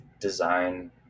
design